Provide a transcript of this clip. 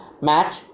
match